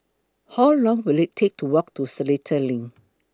How Long Will IT Take to Walk to Seletar LINK